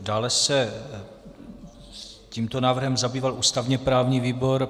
Dále se tímto návrhem zabýval ústavněprávní výbor.